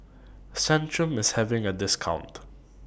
Centrum IS having A discount